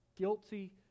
Guilty